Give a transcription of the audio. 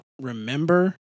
remember